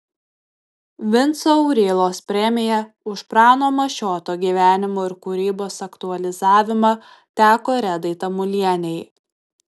vinco aurylos premija už prano mašioto gyvenimo ir kūrybos aktualizavimą teko redai tamulienei